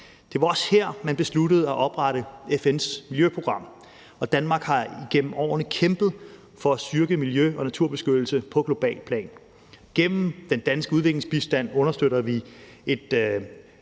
det var også her, man besluttede at oprette FN's miljøprogram, og Danmark har igennem årene kæmpet for at styrke miljø- og naturbeskyttelse på globalt plan. Gennem den danske udviklingsbistand understøtter vi et